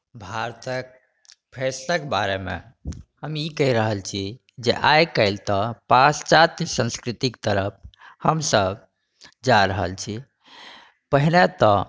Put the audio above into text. भारतके फैशन के बारेमे हम ई कहि रहल छी जे आई काल्हि तऽ पाश्चात्य संस्कृतिके तरफ हमसभ जा रहल छी पहिले तऽ